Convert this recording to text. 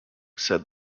said